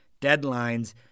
deadlines